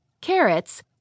carrots